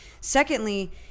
secondly